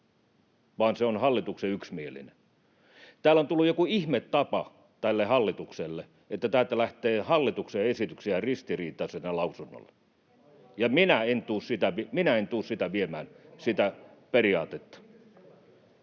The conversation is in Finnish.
että se on hallituksen yksimielinen. Täällä on tullut joku ihme tapa tälle hallitukselle, että lähtee hallituksen esityksiä ristiriitaisina lausunnolle, [Välihuutoja vihreiden ryhmästä